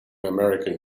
american